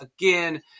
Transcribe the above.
again